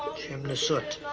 chimney soot.